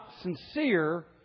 sincere